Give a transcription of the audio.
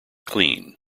clean